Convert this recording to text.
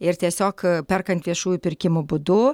ir tiesiog perkant viešųjų pirkimų būdu